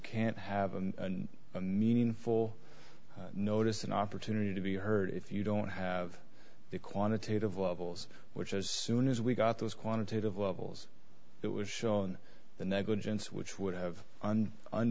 can't have a meaningful notice an opportunity to be heard if you don't have the quantitative levels which as soon as we got those quantitative levels it was shown the negligence which would have undon